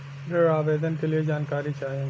ऋण आवेदन के लिए जानकारी चाही?